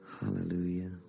Hallelujah